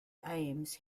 aims